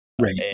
right